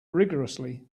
rigourously